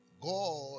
God